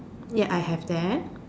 ya I have that